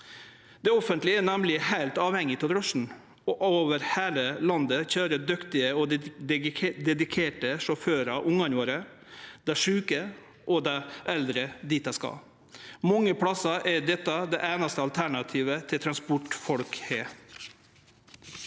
Det offentlege er nemleg heilt avhengig av drosjen, og over heile landet køyrer dyktige og dedikerte sjåførar ungane våre, dei sjuke og dei eldre dit dei skal. Mange plassar er dette det einaste transportalternativet folk har.